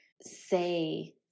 say